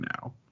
now